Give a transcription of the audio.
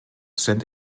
saint